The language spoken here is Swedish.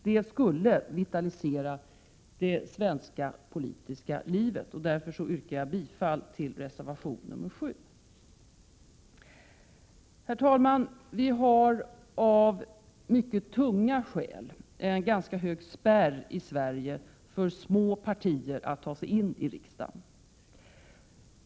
Det skulle vitalisera det svenska politiska livet, och därför yrkar jag bifall till reservation 7. Herr talman! Vi har av mycket tunga skäl en ganska hög spärr i Sverige för små partier att ta sig in i riksdagen.